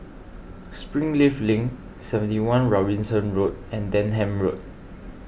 Springleaf Link seventy one Robinson Road and Denham Road